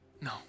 no